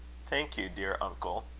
thank you, dear uncle,